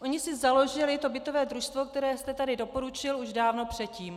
Oni si založili to bytové družstvo, které jste tady doporučil, už dávno předtím.